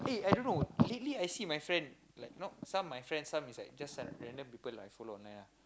eh I don't know lately I see my friend like not some my friend some is like just some random people I follow online ah